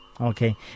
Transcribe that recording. Okay